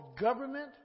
government